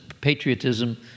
patriotism